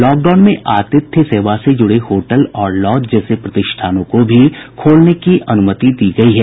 lockdown में आतिथ्य सेवा से जुड़े होटल और लॉज जैसे प्रतिष्ठानों को भी खोलने की अनुमति दी गयी है